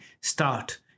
start